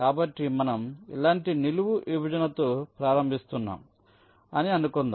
కాబట్టి మనం ఇలాంటి నిలువు విభజనతో ప్రారంభిస్తున్నాం అనుకుందాం